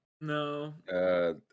No